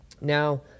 Now